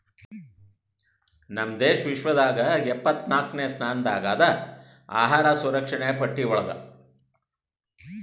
ನಮ್ ದೇಶ ವಿಶ್ವದಾಗ್ ಎಪ್ಪತ್ನಾಕ್ನೆ ಸ್ಥಾನದಾಗ್ ಅದಾ ಅಹಾರ್ ಸುರಕ್ಷಣೆ ಪಟ್ಟಿ ಒಳಗ್